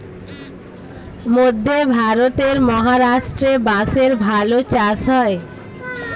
মধ্যে ভারতের মহারাষ্ট্রে বাঁশের ভালো চাষ হয়